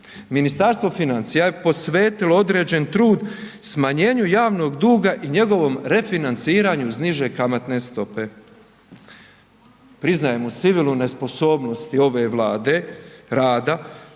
Ministarstvo financija je posvetilo određen trud smanjenju javnog duga i njegovom refinanciranju uz niže kamatne stope. Priznajem, u sivilu nesposobnosti ove Vlade rada